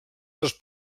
dels